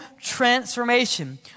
transformation